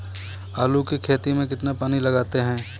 आलू की खेती में कितना पानी लगाते हैं?